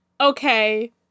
okay